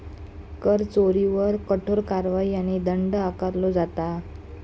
कर चोरीवर कठोर कारवाई आणि दंड आकारलो जाता